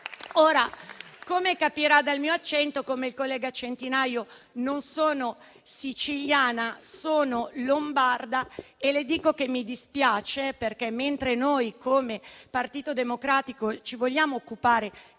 Come capirà dal mio accento, come il collega Centinaio non sono siciliana, sono lombarda. E le dico che mi dispiace che, mentre noi del Partito Democratico ci vogliamo occupare